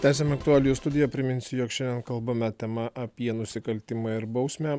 tęsiam aktualijų studiją priminsiu jog šiandien kalbame tema apie nusikaltimą ir bausmę